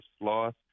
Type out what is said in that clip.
loss